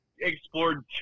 explored